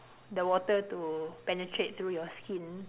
the water to penetrate through your skin